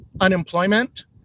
unemployment